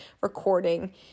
recording